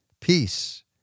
Peace